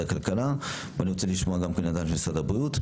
הכלכלה ואני רוצה לשמוע גם את משרד הבריאות,